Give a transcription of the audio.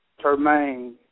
Termaine